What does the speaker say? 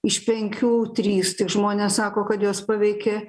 iš penkių trys tik žmonės sako kad juos paveikė